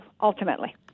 ultimately